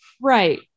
Right